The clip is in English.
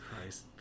Christ